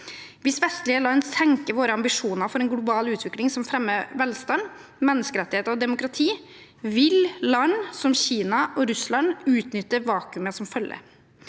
Hvis vestlige land senker våre ambisjoner for en global utvikling som fremmer velstand, menneskerettigheter og demokrati, vil land som Kina og Russland utnytte vakuumet som følger.